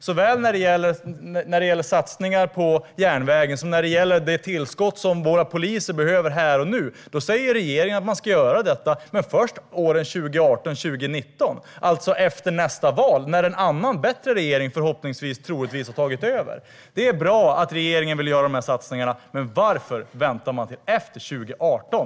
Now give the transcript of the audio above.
Såväl när det gäller satsningar på järnvägen som det tillskott som våra poliser behöver här och nu säger regeringen att man ska göra det, men först åren 2018-2019, alltså efter nästa val när en annan och bättre regering, förhoppningsvis och troligtvis, har tagit över. Det är bra att regeringen vill göra de satsningarna. Men varför väntar man till efter 2018?